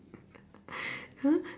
!huh!